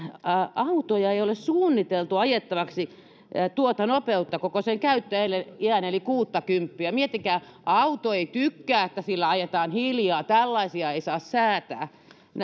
autoja ei ole suunniteltu ajettavaksi tuota nopeutta koko sen käyttöiän eli kuuttakymppiä miettikää auto ei tykkää että sillä ajetaan hiljaa ja tällaisia ei saa säätää